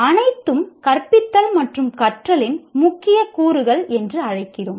அனைத்தும் கற்பித்தல் மற்றும் கற்றலின் முக்கிய கூறுகள் என்று அழைக்கிறோம்